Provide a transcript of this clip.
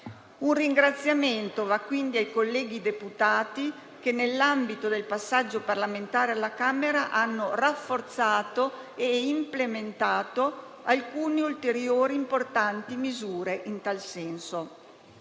Un ringraziamento va quindi ai colleghi deputati, che nell'ambito del passaggio parlamentare alla Camera hanno rafforzato e implementato alcuni ulteriori e importanti misure in tal senso.